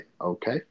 okay